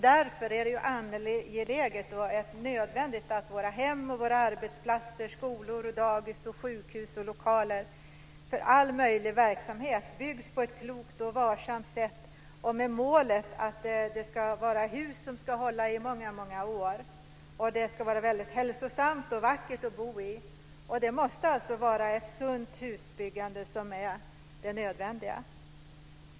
Därför är det angeläget och nödvändigt att våra hem, våra arbetsplatser, skolor, dagis, sjukhus och lokaler för all möjlig verksamhet byggs på ett klokt och varsamt sätt och med målet att husen ska hålla i många år. De ska vara vackra och vara hälsosamma att bo i. Det måste alltså vara ett sunt husbyggande som är det nödvändiga.